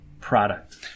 product